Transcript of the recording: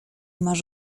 masz